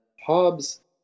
Hobbes